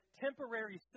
temporary